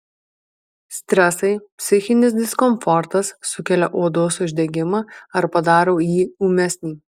stresai psichinis diskomfortas sukelia odos uždegimą ar padaro jį ūmesnį